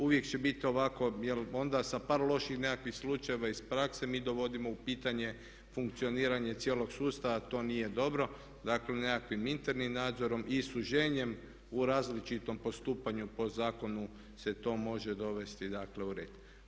Uvijek će biti ovako, jer onda sa par loših nekakvih slučajeva iz prakse mi dovodimo u pitanje funkcioniranje cijelog sustava a to nije dobro, dakle nekakvim internim nadzorom i suženjem u različitom postupanju po zakonu se to može dovesti dakle u red.